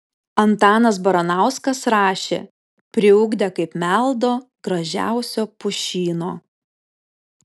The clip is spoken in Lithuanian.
antanas baranauskas rašė priugdę kaip meldo gražiausio pušyno